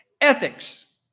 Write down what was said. Ethics